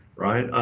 right?